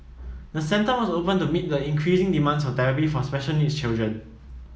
the centre was opened to meet the increasing demand for therapy for special needs children